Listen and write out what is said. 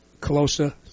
closer